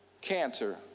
cancer